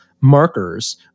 markers